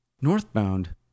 Northbound